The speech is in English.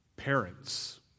Parents